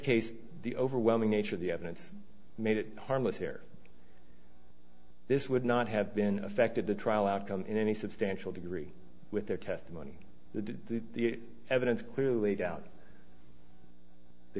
case the overwhelming nature of the evidence made it harmless here this would not have been affected the trial outcome in any substantial degree with their testimony the evidence clearly laid out the